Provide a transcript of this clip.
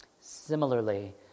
Similarly